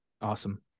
Awesome